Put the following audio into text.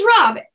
Rob